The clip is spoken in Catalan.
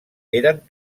eren